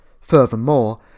Furthermore